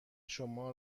شما